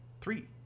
Three